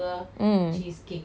ya